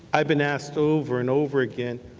i've been asked over and over again,